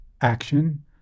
action